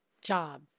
job